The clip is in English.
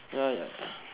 ya